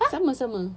sama sama